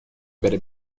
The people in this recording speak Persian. بره